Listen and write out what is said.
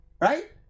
Right